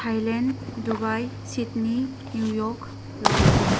Thailand Dubai Sydney New York London